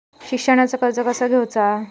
शिक्षणाचा कर्ज कसा घेऊचा हा?